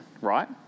right